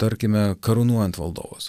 tarkime karūnuojant valdovus